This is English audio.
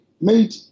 made